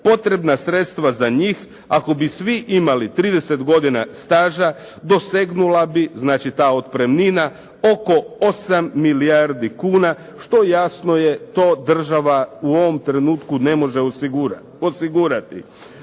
potrebna sredstva za njih, ako bi svi imali 30 godina staža dosegnula bi, znači ta otpremnina, oko 8 milijardi kuna što jasno je to država u ovom trenutku ne može osigurati.